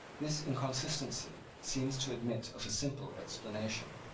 this inconsistency seems to admit of a simple explanation.